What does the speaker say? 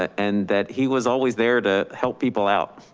and that he was always there to help people out.